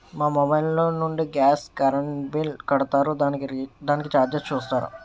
మా మొబైల్ లో నుండి గాస్, కరెన్ బిల్ కడతారు దానికి చార్జెస్ చూస్తారా?